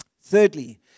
Thirdly